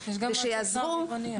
כדי שיעזרו